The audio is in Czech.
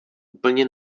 úplně